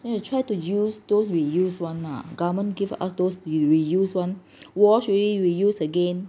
you try to use those reuse [one] ah government give us those be reuse [one] wash already we use again